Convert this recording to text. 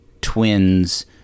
twins